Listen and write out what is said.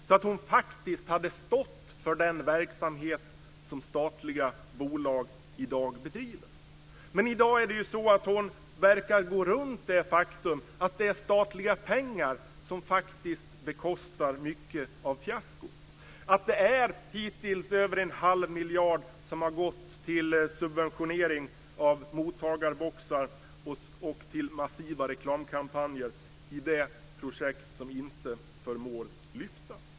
Då hade hon stått för den verksamhet som statliga bolag i dag bedriver. Men hon verkar gå runt det faktum att det är statliga pengar som bekostar mycket av fiaskot. Över en halv miljard har hittills gått till subventionering av mottagarboxar och till massiva reklamkampanjer i det projekt som inte förmår lyfta.